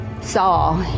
saw